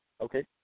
okay